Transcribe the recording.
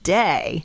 day